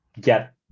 get